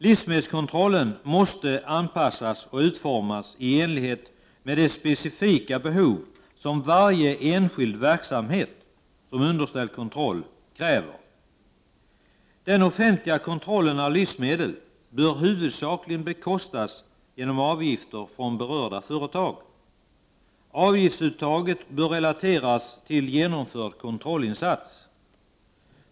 Livsmedelskontrollen måste anpassas och utformas i enlighet med de specifika behov som varje enskild verksamhet som är underställd kontroll kräver. Den offentliga kontrollen av livsmedel bör huvudsakligen bekostas genom avgifter från berörda företag. Avgiftsuttaget bör relateras till genomförd kontrollinsats.